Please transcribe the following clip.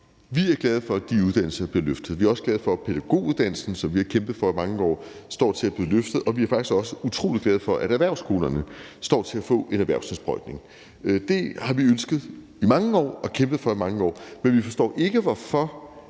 Vi er glade for, at de uddannelser bliver løftet, vi er også glade for, at pædagoguddannelsen, som vi har kæmpet for i mange år, står til at blive løftet, og vi er faktisk også utrolig glade for, at erhvervsskolerne står til at få en erhvervsindsprøjtning. Det har vi ønsket i mange år og kæmpet for i mange år, men vi forstår ikke, hvorfor